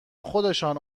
خودشان